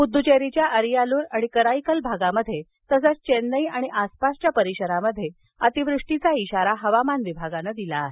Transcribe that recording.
पद्दचेरीच्या अरियालूर आणि कराईकल भागात तसंच चेन्नई आणि आसपासच्या परिसरात अतीवृष्टीचा इशारा हवामान विभागानं दिला आहे